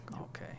okay